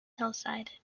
hillside